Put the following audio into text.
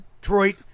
Detroit